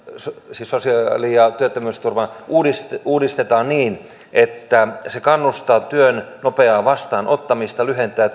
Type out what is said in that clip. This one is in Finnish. ja työttömyysturvaa uudistetaan uudistetaan niin että se kannustaa työn nopeaan vastaanottamiseen lyhentää